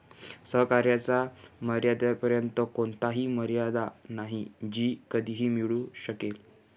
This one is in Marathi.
सहकार्याच्या मर्यादेपर्यंत कोणतीही मर्यादा नाही जी कधीही मिळू शकेल